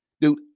dude